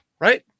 right